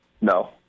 no